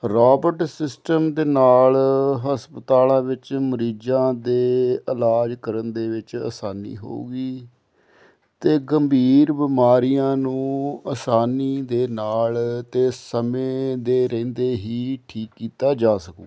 robot system ਦੇ ਨਾਲ ਹਸਪਤਾਲਾਂ ਵਿੱਚ ਮਰੀਜ਼ਾਂ ਦੇ ਇਲਾਜ ਕਰਨ ਦੇ ਵਿੱਚ ਆਸਾਨੀ ਹੋਊਗੀ ਅਤੇ ਗੰਭੀਰ ਬਿਮਾਰੀਆਂ ਨੂੰ ਆਸਾਨੀ ਦੇ ਨਾਲ ਅਤੇ ਸਮੇਂ ਦੇ ਰਹਿੰਦੇ ਹੀ ਠੀਕ ਕੀਤਾ ਜਾ ਸਕੂਗਾ